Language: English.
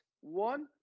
One